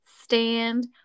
stand